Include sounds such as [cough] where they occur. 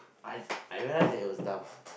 I I realise that it was dumb [breath]